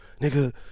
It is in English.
nigga